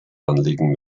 anlegen